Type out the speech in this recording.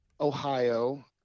Ohio